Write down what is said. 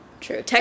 True